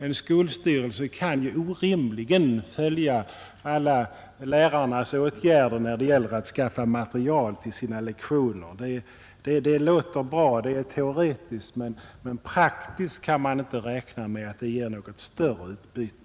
En skolstyrelse kan icke följa alla lärarnas åtgärder när det gäller att skaffa material till lektionerna. Teoretiskt låter det bra, men praktiskt kan man inte räkna med att det ger något större utbyte.